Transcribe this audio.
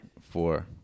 Four